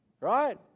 right